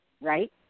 right